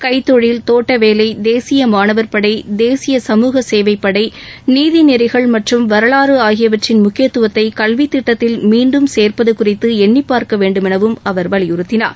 கைத்தொழில் தோட்ட வேலை தேசிய மாணவர் படை தேசிய சமூக சேவைப் படை நீதி நெறிகள் மற்றும் வரலாறு ஆகியவற்றின் முக்கியத்துவத்தை கல்வித் திட்டத்தில் மீன்டும் சேர்ப்பது குறித்து எண்ணிப் பார்க்க வேண்டுமெனவும் அவர் வலியுறுத்தினார்